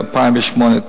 2008,